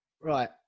Right